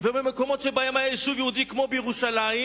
ובמקומות שבהם היה יישוב יהודי, כמו בירושלים,